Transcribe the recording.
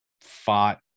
fought